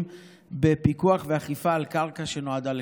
בפיקוח ואכיפה על קרקע שנועדה לחקלאות.